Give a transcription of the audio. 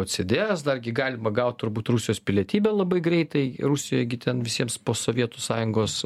atsėdėjęs dargi galima gaut turbūt rusijos pilietybę labai greitai rusijoj gi ten visiems po sovietų sąjungos